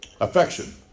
affection